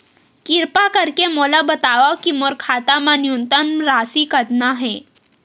किरपा करके मोला बतावव कि मोर खाता मा न्यूनतम राशि कतना हे